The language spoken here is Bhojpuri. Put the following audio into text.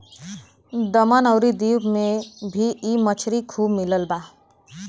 दमन अउरी दीव में भी इ मछरी खूब मिलत बा